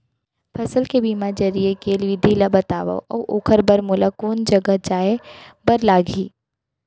फसल के बीमा जरिए के विधि ला बतावव अऊ ओखर बर मोला कोन जगह जाए बर लागही?